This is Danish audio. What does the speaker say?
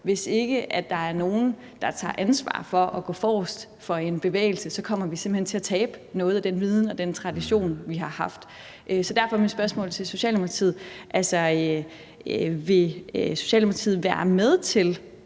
hvis ikke der er nogen, der tager ansvar og går forrest i en bevægelse, så kommer vi simpelt hen til at tabe noget af den viden og tradition, vi har haft. Så derfor er mit spørgsmål til Socialdemokratiet: Vil Socialdemokratiet være med til